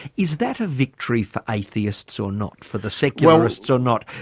is that a victory for atheists or not? for the secularists or not?